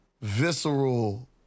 visceral